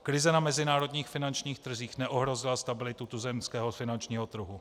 Krize na mezinárodních finančních trzích neohrozila stabilitu tuzemského finančního trhu.